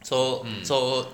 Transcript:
so so